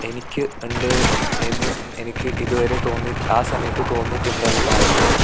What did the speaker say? എനിക്ക് ഉണ്ട് എന്ന് എനിക്ക് ഇതുവരെ തോന്നി ആ സമയത്ത് തോന്നിട്ടുണ്ട് ഇല്ലായിരുന്നു